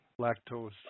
lactose